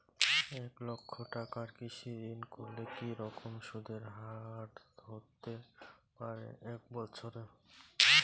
এক লক্ষ টাকার কৃষি ঋণ করলে কি রকম সুদের হারহতে পারে এক বৎসরে?